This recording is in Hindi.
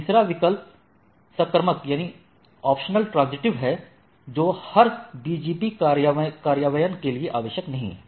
तीसरा वैकल्पिक सकर्मक है जो कि हर BGP कार्यान्वयन के लिए आवश्यक नहीं है